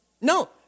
No